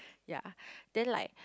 ya then like